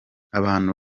abantu